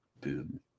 boom